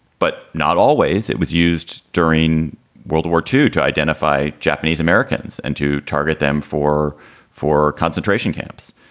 but not always. it was used during world war two to identify japanese americans and to target them for four concentration camps.